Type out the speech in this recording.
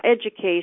education